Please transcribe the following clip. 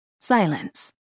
Silence